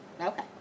Okay